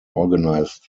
organized